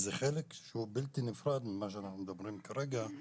זה חלק בלתי נפרד ממה שאנחנו מדברים כרגע,